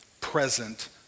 present